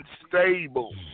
unstable